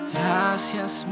Gracias